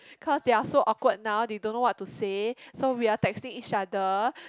cause they are so awkward now they don't know what to say so we are texting each other